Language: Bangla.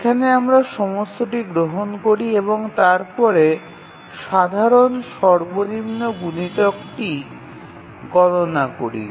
এখানে আমরা সমস্তটি গ্রহণ করি এবং তারপরে সাধারণ সর্বনিম্ন গুণিতকটি গণনা করি